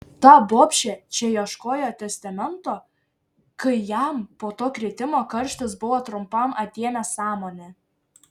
ta bobšė čia ieškojo testamento kai jam po to kritimo karštis buvo trumpam atėmęs sąmonę